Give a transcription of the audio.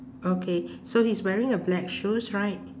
okay so he's wearing a black shoes right